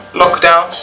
lockdown